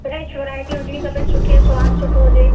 fresh variety हुजिणि खपे सुठीै ऐं स्वादु सुठो हुजे